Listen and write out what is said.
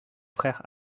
frère